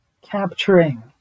capturing